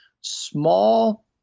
small